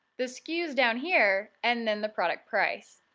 the sku's down here, and then the product price.